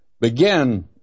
begin